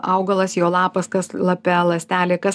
augalas jo lapas kas lape ląstelė kas